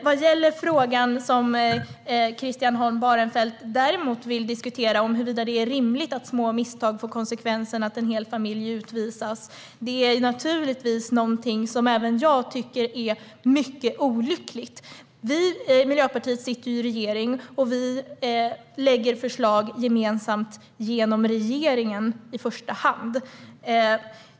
Vad gäller frågan som Christian Holm Barenfeld däremot vill diskutera, huruvida det är rimligt att små misstag får konsekvensen att en hel familj utvisas, är det naturligtvis någonting som även jag tycker är mycket olyckligt. Miljöpartiet sitter i regering, och vi lägger fram förslag gemensamt genom regeringen i första hand.